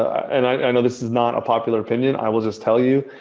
and i know this is not a popular opinion, i will just tell you.